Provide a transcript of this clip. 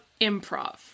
improv